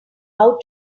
how